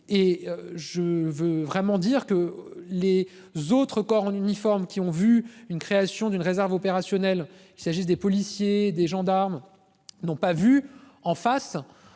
et je veux vraiment dire que les autres corps en uniforme qui ont vu une création d'une réserve opérationnelle il s'agisse des policiers, des gendarmes. N'ont pas vu en face.